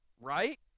right